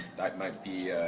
that might be